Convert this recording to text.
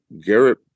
Garrett